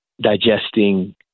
digesting